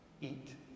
Eat